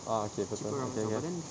ah okay betul ya ya